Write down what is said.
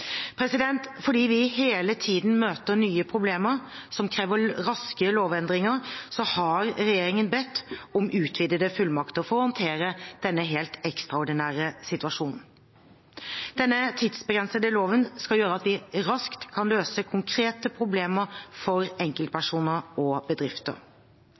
årsak. Fordi vi hele tiden møter nye problemer som krever raske lovendringer, har regjeringen bedt om utvidede fullmakter for å håndtere denne helt ekstraordinære situasjonen. Denne tidsbegrensede loven skal gjøre at vi raskt kan løse konkrete problemer for enkeltpersoner og bedrifter.